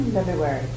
February